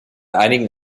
einigen